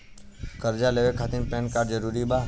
कर्जा लेवे खातिर पैन कार्ड जरूरी बा?